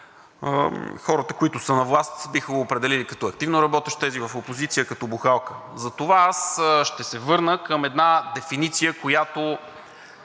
хората, които са на власт, биха го определили като активно работещ, тези в опозиция – като бухалка. Затова аз ще се върна към една дефиниция, която